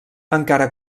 encara